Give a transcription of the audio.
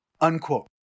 Unquote